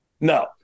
No